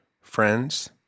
friends